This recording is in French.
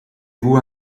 vous